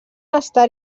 estar